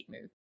move